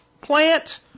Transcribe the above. plant